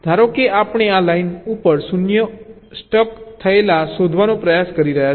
ધારો કે આપણે આ લાઇન ઉપર 0 ઉપર સ્ટક થયેલા શોધવાનો પ્રયાસ કરી રહ્યા છીએ